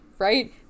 right